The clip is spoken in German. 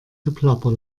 geplapper